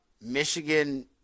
Michigan